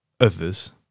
others